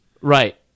Right